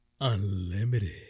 Unlimited